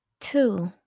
Two